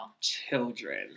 children